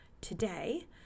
today